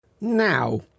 Now